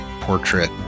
portrait